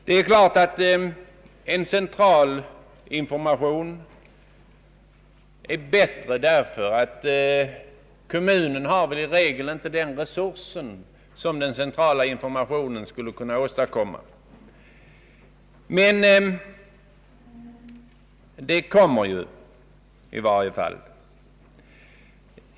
Det är klart att en central information är bättre, ty kommunerna har i regel inte lika goda resurser för information som man har på centralt håll.